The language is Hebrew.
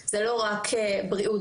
זה לא רק בריאות,